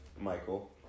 Michael